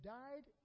died